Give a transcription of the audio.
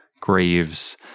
graves